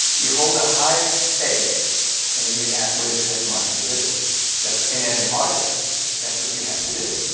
you hold the hive space and then you ask what is it that's mine to do that's it as an artist that's what you have to do.